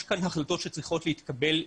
יש כאן החלטות שצריכות להתקבל,